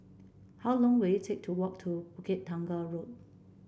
how long will it take to walk to Bukit Tunggal Road